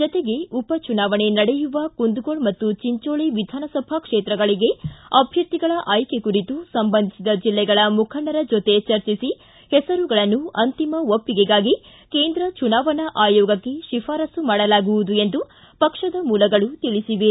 ಜತೆಗೆ ಉಪ ಚುನಾವಣೆ ನಡೆಯುವ ಕುಂದಗೋಳ ಮತ್ತು ಚಿಂಚೋಳಿ ವಿಧಾನಸಭಾ ಕ್ಷೇತ್ರಗಳಿಗೆ ಅಭ್ಯರ್ಥಿಗಳ ಆಯ್ಕೆ ಕುರಿತು ಸಂಬಂಧಿಸಿದ ಜಿಲ್ಲೆಗಳ ಮುಖಂಡರ ಜೊತೆ ಚರ್ಜಿಸಿ ಹೆಸರುಗಳನ್ನು ಅಂತಿಮ ಒಪ್ಪಿಗೆಗಾಗಿ ಕೇಂದ್ರ ಚುನಾವಣಾ ಆಯೋಗಕ್ಕೆ ಶಿಫಾರಸ್ಲು ಮಾಡಲಾಗುವುದು ಎಂದು ಪಕ್ಷದ ಮೂಲಗಳು ತಿಳಿಸಿವೆ